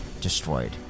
destroyed